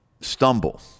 stumble